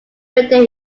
maintain